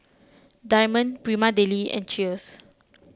Diamond Prima Deli and Cheers